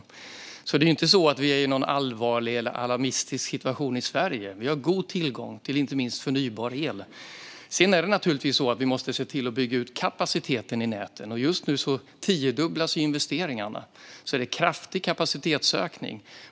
Det är alltså inte så att vi är i någon allvarlig eller alarmistisk situation i Sverige; vi har god tillgång till inte minst förnybar el. Sedan måste vi naturligtvis se till att bygga ut kapaciteten i näten, och just nu tiodubblas investeringarna. Det innebär alltså en kraftig kapacitetsökning.